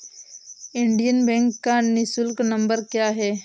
Indian bank का निःशुल्क number क्या है?